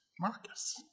Marcus